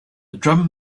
drum